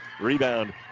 Rebound